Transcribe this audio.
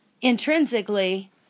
intrinsically